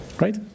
Right